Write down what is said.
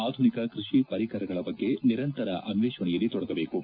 ಆಧುನಿಕ ಕೃಷಿ ಪರಿಕರಗಳ ಬಗ್ಗೆ ನಿರಂತರ ಅನ್ವೇಷಣೆಯಲ್ಲಿ ತೊಡಗಬೇಕು